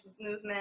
movement